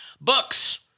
Books